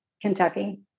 Kentucky